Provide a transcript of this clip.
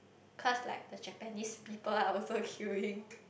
cause like the Japanese people are also queuing